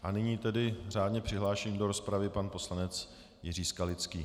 A nyní tedy řádně přihlášený do rozpravy pan poslanec Jiří Skalický.